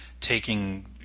taking